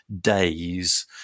days